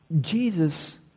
Jesus